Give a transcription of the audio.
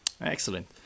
Excellent